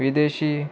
विदेशी